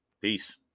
peace